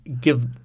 give